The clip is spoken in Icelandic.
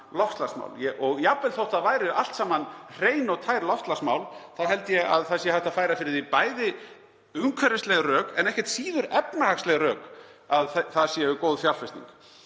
loftslagsmál. Og jafnvel þótt það væru allt saman hrein og tær loftslagsmál þá held ég að hægt sé að færa fyrir því bæði umhverfisleg rök en ekkert síður efnahagsleg rök að það sé góð fjárfesting.